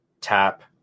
tap